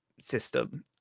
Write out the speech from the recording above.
system